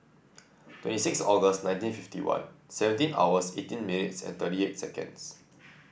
twenty six August nineteen fifty one seventeen hours eighteen minutes and thirty eight seconds